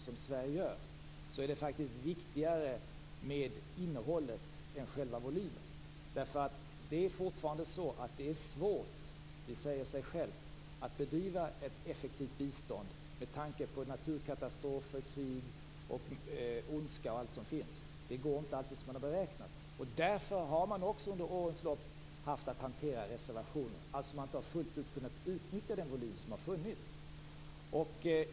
Med tanke på naturkatastrofer, krig, ondska och allt som finns är det svårt, det säger sig självt, att bedriva ett effektivt bistånd. Det går inte alltid som man har beräknat. Därför har man också under årens lopp haft att hantera reservationer. Man har inte fullt ut kunnat utnyttja den volym som har funnits.